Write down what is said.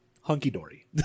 Hunky-dory